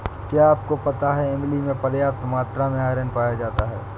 क्या आपको पता है इमली में पर्याप्त मात्रा में आयरन पाया जाता है?